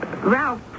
Ralph